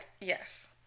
Yes